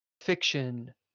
fiction